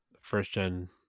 first-gen